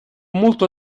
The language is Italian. molto